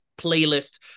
playlist